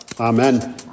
Amen